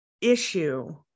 issue